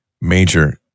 major